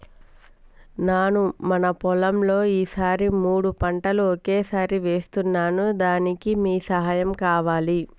నాను మన పొలంలో ఈ సారి మూడు పంటలు ఒకేసారి వేస్తున్నాను దానికి మీ సహాయం కావాలి